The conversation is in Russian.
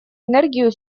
энергию